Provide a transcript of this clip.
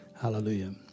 Hallelujah